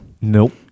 Nope